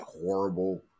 horrible